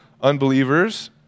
unbelievers